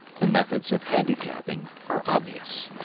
the methods of handicapping are obvious.